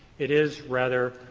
it is, rather,